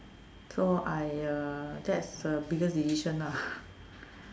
so I uh that's the biggest decision lah